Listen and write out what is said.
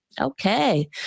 Okay